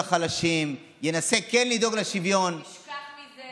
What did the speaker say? ולחלשים, הוא כן ינסה לדאוג לשוויון, תשכח מזה.